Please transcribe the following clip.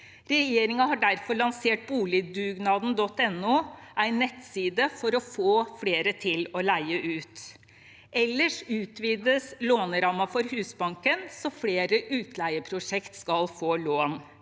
Regjeringen har derfor lansert boligdugnaden.no, en nettside for å få flere til å leie ut. Ellers utvides lånerammen for Husbanken så flere utleieprosjekt skal få lån.